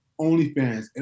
OnlyFans